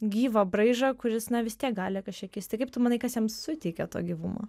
gyvą braižą kuris na vis tiek gali kažkiek kisti kaip tu manai kas jam suteikia to gyvumo